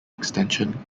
extension